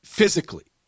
Physically